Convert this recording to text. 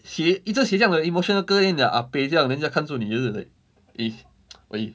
写一直写这样的 emotional 歌 then 你 ah peh 这样人家看住你就是 like eh eh